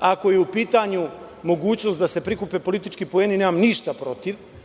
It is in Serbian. Ako je u pitanju mogućnost da se prikupe politički poeni, nemam ništa protiv,